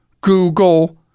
Google